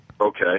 okay